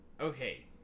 Okay